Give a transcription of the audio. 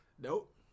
Nope